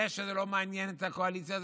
זה שזה לא מעניין את הקואליציה,